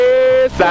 Yes